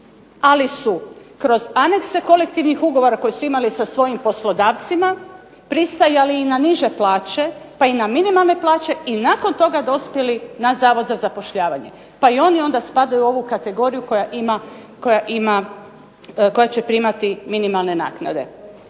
ali su kroz anekse kolektivnih ugovora koji su imali sa svojim poslodavcima pristajali i na niže plaće pa i na minimalne plaće i nakon toga dospjeli na Zavod za zapošljavanje. Pa i oni onda spadaju u ovu kategoriju koja će primati minimalne naknade.